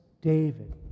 David